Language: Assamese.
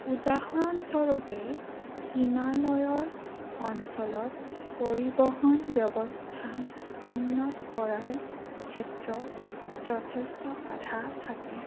উদাহৰণস্বৰূপে হিমালয়ৰ অঞ্চলত পৰিবহণ ব্যৱস্থা উন্নত কৰাৰ ক্ষেত্ৰত যথেষ্ট বাধা থাকে